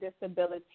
disability